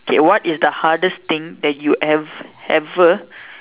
okay what is the hardest thing that you have ever